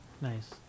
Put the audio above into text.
Nice